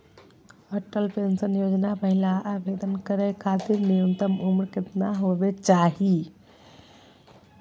Atal pension Yojana महिना आवेदन करै खातिर न्युनतम उम्र केतना होवे चाही?